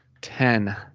Ten